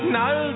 now